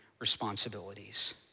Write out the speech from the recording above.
responsibilities